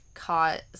caught